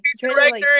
director